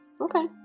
Okay